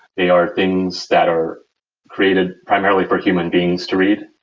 they are things that are created primarily for human beings to read.